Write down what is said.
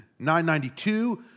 992